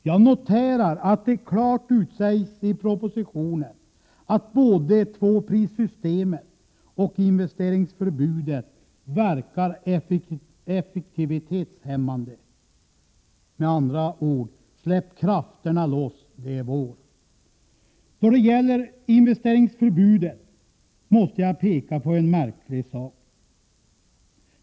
Jag noterar att det klart sägs i propositionen att både tvåprissystemet och investeringsförbudet verkar effektivitetshämmande. Med andra ord: Släpp krafterna loss, det är vår! När det gäller investeringsförbudet måste jag peka på en märklig sak.